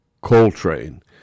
Coltrane